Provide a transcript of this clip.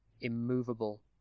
immovable